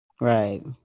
Right